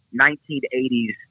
1980s